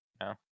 No